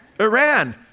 Iran